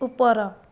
ଉପର